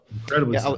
incredibly